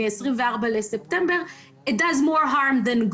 מ-24 בספטמבר שאומר שזה עושה יותר נזק מתועלת.